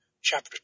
chapter